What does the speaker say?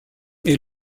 est